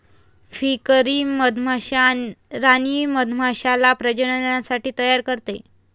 फ्रीकरी मधमाश्या राणी मधमाश्याला प्रजननासाठी तयार करते